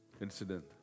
incident